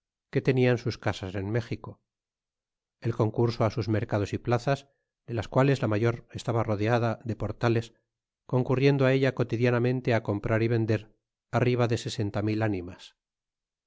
que tenian sus casas en méjico el concurso á sus mercados y plazas de las cuales la mayor estaba rodeada de portales concurriendo ella cotidianamente comprar y vender arriba de sesenta mil ánimas